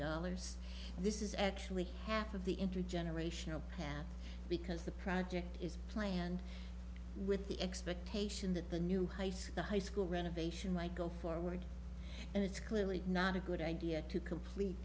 dollars and this is actually half of the intergenerational plan because the project is planned with the expectation that the new high school high school renovation might go forward and it's clearly not a good idea to complete